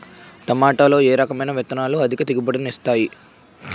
టమాటాలో ఏ రకమైన విత్తనాలు అధిక దిగుబడిని ఇస్తాయి